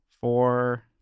four